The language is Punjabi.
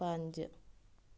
ਪੰਜ